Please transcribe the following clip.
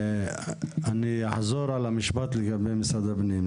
אני אחזור על המשפט לגבי משרד הפנים,